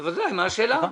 בוודאי, מה השאלה.